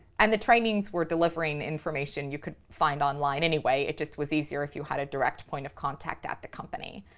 and the trainings were delivering information you could find online anyway. it just was easier if you had a direct point of contact at the company.